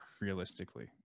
realistically